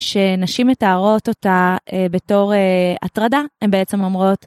שנשים מתארות אותה בתור הטרדה, הן בעצם אומרות.